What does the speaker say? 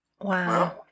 Wow